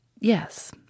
Yes